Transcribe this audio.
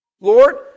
Lord